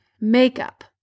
Makeup